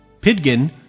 pidgin